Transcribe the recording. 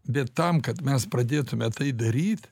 bet tam kad mes pradėtume tai daryt